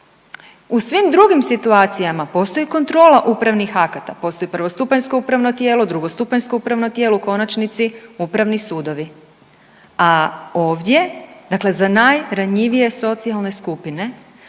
U svim drugim situacijama postoji kontrola upravnih akata, postoji prvostupanjsko upravno tijelo, drugostupanjsko upravno tijelo u konačnici upravni sudovi. A ovdje, dakle za najranjivije socijalne skupine